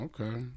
okay